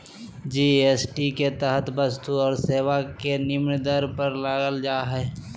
GST के तहत वस्तु और सेवा के निम्न दर पर लगल जा हइ